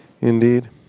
Indeed